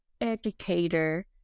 educator